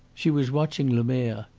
she was watching lemerre,